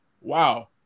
wow